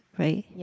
right